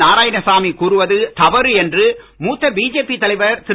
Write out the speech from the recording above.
நாராயணசாமி கூறுவது தவறு என்று மூத்த பிஜேபி தலைவர் திரு